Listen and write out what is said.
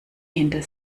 hinter